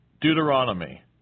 Deuteronomy